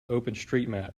openstreetmap